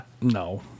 no